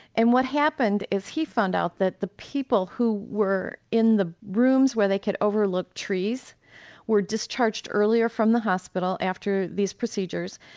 and what happened is he found out that the people who were in the rooms where they could overlook trees were discharged earlier from the hospital after these procedures.